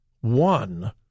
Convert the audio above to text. one